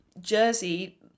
jersey